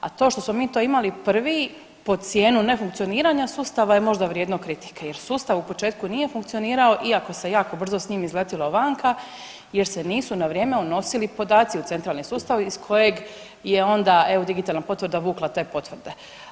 A to što smo mi to imali prvi pod cijenu nefunkcioniranja sustava je možda vrijedno kritike jer sustav u početku nije funkcionirao iako se jako brzo s njim izletilo vanka jer se nisu na vrijeme unosili podaci u centralni sustav iz kojeg je onda, evo, digitalna potvrda vukla te potvrde.